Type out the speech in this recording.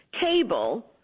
table